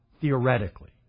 theoretically